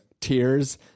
tears